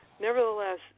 Nevertheless